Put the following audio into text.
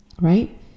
right